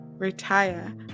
retire